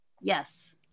yes